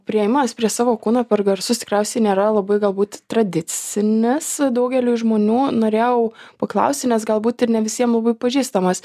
priėjimas prie savo kūno per garsus tikriausiai nėra labai galbūt tradicinis daugeliui žmonių norėjau paklausti nes galbūt ir ne visiem labai pažįstamas